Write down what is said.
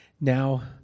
Now